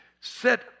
Set